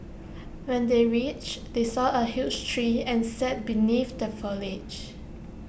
when they reached they saw A huge tree and sat beneath the foliage